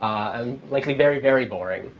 and likely very, very boring.